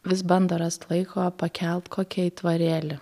vis bando rast laiko pakelt kokį aitvarėlį